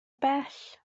bell